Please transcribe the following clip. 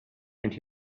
and